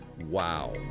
Wow